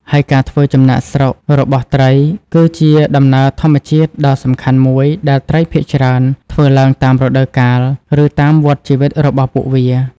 ហើយការធ្វើចំណាកស្រុករបស់ត្រី គឺជាដំណើរធម្មជាតិដ៏សំខាន់មួយដែលត្រីភាគច្រើនធ្វើឡើងតាមរដូវកាល ឬតាមវដ្តជីវិតរបស់ពួកវា។